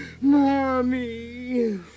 Mommy